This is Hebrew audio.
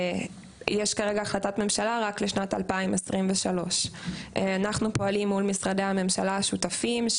יש כרגע החלטת ממשלה רק לשנת 2023. אנחנו פועלים מול משרדי הממשלה השותפים,